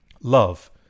love